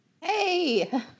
Hey